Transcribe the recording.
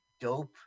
dope